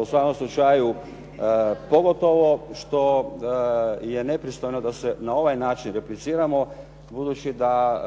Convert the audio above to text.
u svakom slučaju, pogotovo što je nepristojno da se na ovaj način repliciramo budući da